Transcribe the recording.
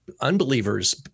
unbelievers